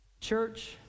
Church